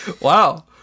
Wow